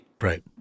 Right